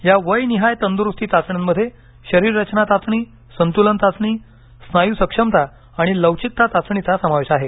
या वय निहाय तंदुरुस्ती चाचण्यांमध्ये शरीर रचना चाचणीसंतुलन चाचणीस्नायू सक्षमता आणि लवचिकता चाचणीचा समावेश आहे